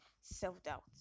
self-doubt